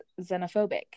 xenophobic